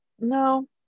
no